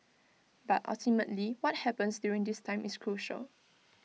but ultimately what happens during this time is crucial